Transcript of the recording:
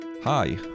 Hi